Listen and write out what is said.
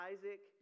Isaac